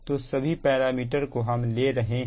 तो सभी पैरामीटर को हम ले रहे हैं